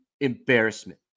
embarrassment